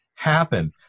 happen